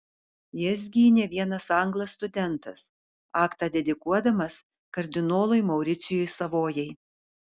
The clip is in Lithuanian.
jas gynė vienas anglas studentas aktą dedikuodamas kardinolui mauricijui savojai